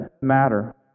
matter